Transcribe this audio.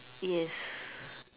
yes